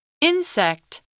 Insect